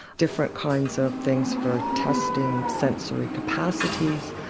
different kinds of things for testing sensory capacities.